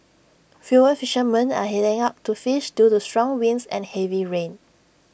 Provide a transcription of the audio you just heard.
fewer fishermen are heading out to fish due to strong winds and heavy rain